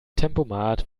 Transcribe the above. tempomat